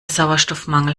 sauerstoffmangel